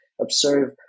observe